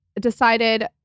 decided